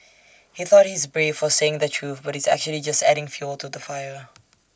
he thought he's brave for saying the truth but he's actually just adding fuel to the fire